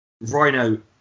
Rhino